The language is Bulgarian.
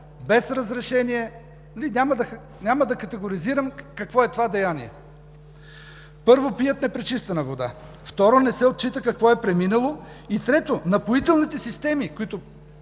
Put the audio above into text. без разрешение. Няма да категоризирам какво е това деяние! Първо, пият непречистена вода. Второ, не се отчита какво е преминало. И трето, напоителните системи, които